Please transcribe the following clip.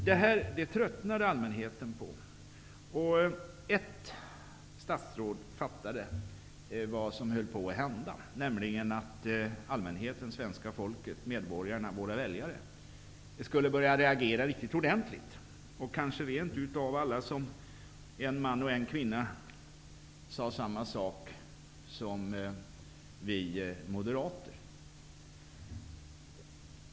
Denna flumpolitik tröttnade allmänheten på. Ett statsråd fattade vad som höll på att hända, nämligen att allmänheten, svenska folket, medborgarna, våra väljare, skulle börja reagera riktigt ordentligt och kanske rent av alla såsom en man eller kvinna säga samma sak som vi moderater.